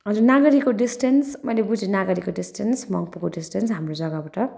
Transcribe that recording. हजुर नागरीको डिस्टेन्स मैले बुझेँ नागरीको डिस्टेन्स मङ्पूको डिस्टेन्स हाम्रो जग्गाबाट